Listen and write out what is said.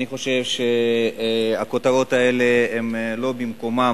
אני חושב שהכותרות האלה אינן במקומן.